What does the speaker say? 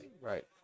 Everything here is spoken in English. Right